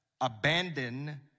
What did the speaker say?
abandon